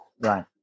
Right